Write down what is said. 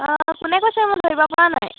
অঁ কোনে কৈছে মই ধৰিব পৰা নাই